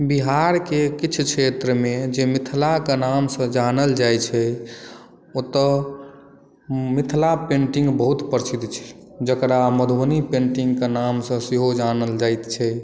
बिहारके किछु क्षेत्रमे जे मिथिलाके नामसँ जानल जाइत छै ओतय मिथिला पेन्टिंग बहुत प्रसिद्ध छै जकरा मधुबनी पेन्टिंगके नामसँ सेहो जानल जाइत छै